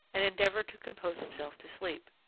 and endeavoured to compose himself to sleep,